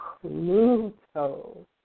Pluto